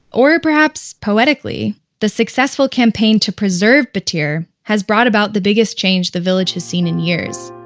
or perhaps poetically, the successful campaign to preserve battir has brought about the biggest change the village has seen in years